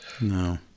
No